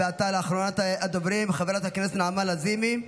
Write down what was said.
ועתה לאחרונת הדוברים, חברת הכנסת נעמה לזימי,